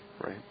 right